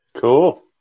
Cool